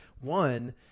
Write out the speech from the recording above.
one